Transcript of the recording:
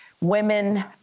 women